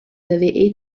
avez